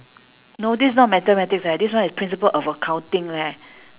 no this is not mathematics eh this one is principle of accounting leh